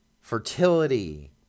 fertility